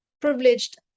privileged